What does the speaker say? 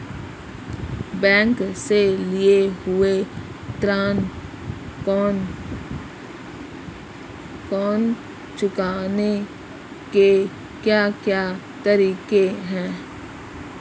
Bank से लिए हुए ऋण को चुकाने के क्या क्या तरीके हैं?